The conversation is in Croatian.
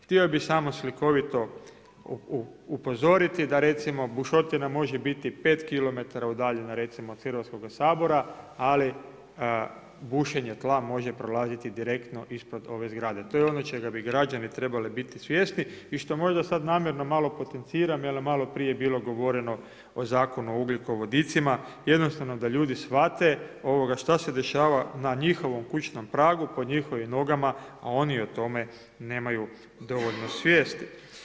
Htio bi samo slikovito upozoriti da recimo bušotina može biti 5 kilometara udaljena recimo od Hrvatskoga sabora ali bušenje tla može prolaziti direktno ispod ove zgrade, to je ono čega bi građani biti svjesni i što možda sad namjerno malo potenciram jer je maloprije bilo govoreno o Zakonu o ugljikovodicima, jednostavno da ljudi shvate šta se dešava na njihovom kućnom pragu, pod njihovim nogama a oni o tome nemaju dovoljno svijesti.